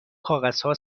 کاغذها